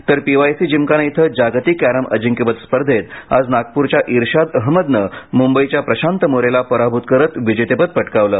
तर पीवायसी जिमखाना इथं जागतिक कॅरम अजिंक्यपद स्पर्धेत आज नागप्रच्या इर्शाद अहमदनं मुंबईच्या प्रशांत मोरेला पराभुत करत विजेतेपद पटकावलं